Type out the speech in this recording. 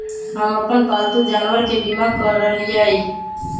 हम अप्पन पालतु जानवर के बीमा करअलिअई